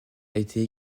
été